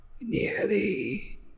nearly